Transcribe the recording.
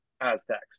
Aztecs